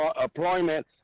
employment